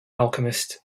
alchemist